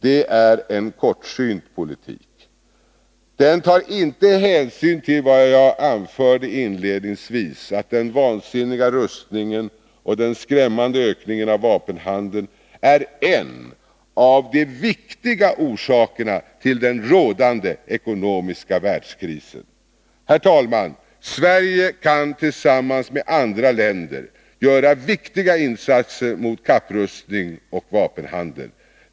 Det är en kortsynt politik. Den tar: inte hänsyn till vad jag anförde inledningsvis, att den vansinniga rustningen och den skrämmande ökningen av vapenhandeln är en av de viktiga orsakerna till den rådande ekonomiska världskrisen. Herr talman! Sverige kan tillsammans med andra länder göra viktiga insatser mot kapprustning och vapenhandel.